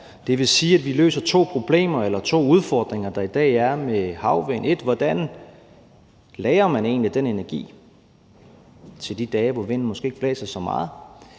Det vil sige, at vi løser to udfordringer, der i dag er med havvind. Den første er, hvordan man lagrer den energi til de dage, hvor vinden måske ikke blæser så meget?